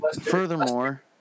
Furthermore